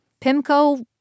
PIMCO